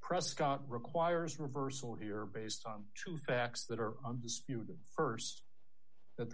prescott requires reversal here based on true facts that are undisputed st that the